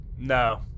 No